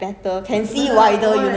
I think he use ipad